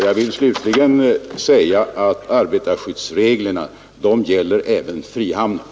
Jag vill slutligen säga att arbetarskyddsreglerna gäller även i frihamnen.